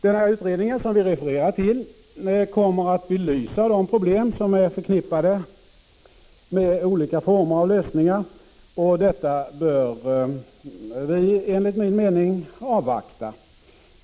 Den utredning som vi refererar till kommer emellertid att belysa de problem som är förknippade med olika former av lösningar, och detta bör vi enligt min mening avvakta.